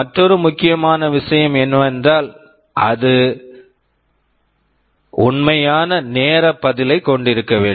மற்றொரு முக்கியமான விஷயம் என்னவென்றால் அது உண்மையான நேர பதிலைக் கொண்டிருக்க வேண்டும்